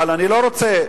אבל אני לא רוצה,